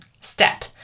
step